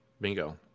Bingo